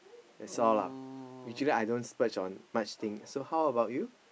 that's all lah usually I don't splurge on much thing so how about you